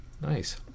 Nice